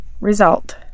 Result